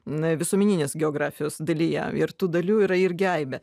na visuomeninės geografijos dalyje ir tų dalių yra irgi aibė